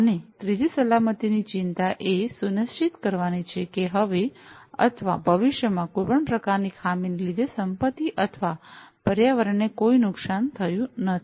અને ત્રીજી સલામતીની ચિંતા એ સુનિશ્ચિત કરવાની છે કે હવે અથવા ભવિષ્યમાં કોઈપણ પ્રકારની ખામી ને લીધે સંપત્તિ અથવા પર્યાવરણને કોઈ નુકસાન થયું નથી